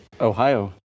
Ohio